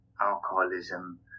alcoholism